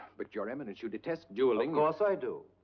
but your eminence, you detest dueling course i do.